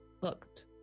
looked